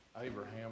Abraham